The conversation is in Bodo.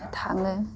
थाङो